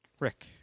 Rick